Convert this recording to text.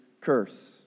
curse